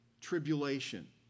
tribulation